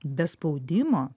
be spaudimo